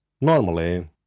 Normally